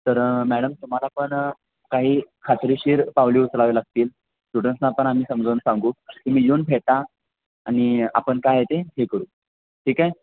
तर मॅडम तुम्हाला पण काही खात्रीशीर पावले उचलावे लागतील स्टुडंट्सना पण आम्ही समजवून सांगू तुम्ही येऊन भेटा आणि आपण काय येते हे करू ठीक आहे